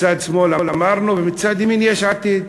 מצד שמאל אמרנו, ומצד ימין, יש עתיד.